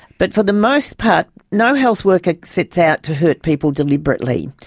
but for the most part, no health worker sets out to hurt people deliberately.